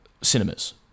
cinemas